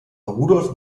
rudolf